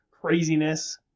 craziness